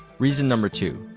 reason number two.